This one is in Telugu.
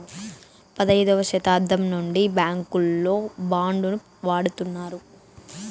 పదైదవ శతాబ్దం నుండి బ్యాంకుల్లో బాండ్ ను వాడుతున్నారు